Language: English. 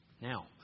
Now